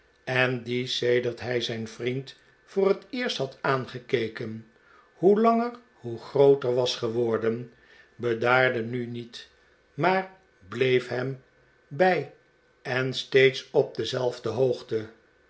en die sedert hij zijn vriend voor het eerst had aangekeken hoe langer hoe grooter was geworden bedaarde nu niet maar bleef hem bij en steeds op dezelfde hoogte